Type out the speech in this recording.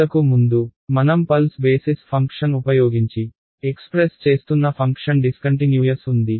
ఇంతకు ముందు మనం పల్స్ బేసిస్ ఫంక్షన్ ఉపయోగించి ఎక్స్ప్రెస్ చేస్తున్న ఫంక్షన్ డిస్కన్టిన్యూయస్గా ఉంది